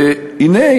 והנה,